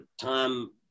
time